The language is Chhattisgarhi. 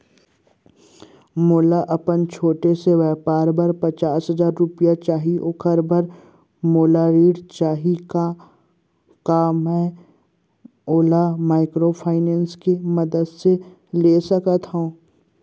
मोला अपन छोटे से व्यापार बर पचास हजार रुपिया चाही ओखर बर मोला ऋण चाही का मैं ओला माइक्रोफाइनेंस के मदद से ले सकत हो?